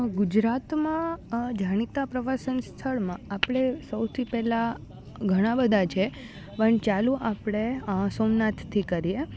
ગુજરાતમાં જાણીતા પ્રવાસન સ્થળમાં આપણે સૌથી પહેલાં ઘણાં બધા છે પણ ચાલું આપણે સોમનાથથી કરીએ